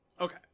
Okay